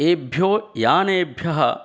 एभ्यो यानेभ्यः